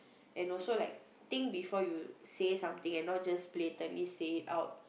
and also like think before you say something and not just blatantly saying out